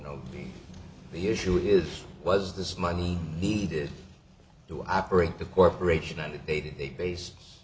know the issue is was this money needed to operate the corporation and they did they base